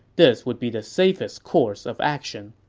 this would be the safest course of action.